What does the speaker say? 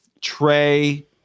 Trey